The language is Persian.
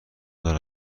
دار